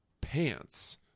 pants